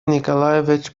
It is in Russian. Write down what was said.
николаевич